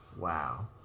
wow